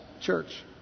church